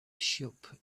shop